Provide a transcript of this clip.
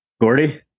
Gordy